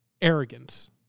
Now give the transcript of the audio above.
Arrogance